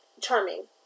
charming